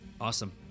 awesome